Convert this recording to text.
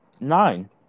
Nine